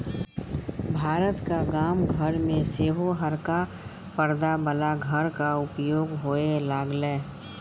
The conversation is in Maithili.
भारतक गाम घर मे सेहो हरका परदा बला घरक उपयोग होए लागलै